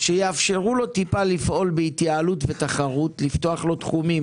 ואני רוצה לברר את האמת לפני שניעתר לבקשה שלכם,